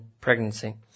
pregnancy